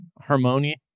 Harmony